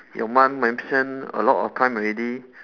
your mum mention a lot of time already